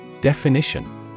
Definition